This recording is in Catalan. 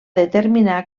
determinar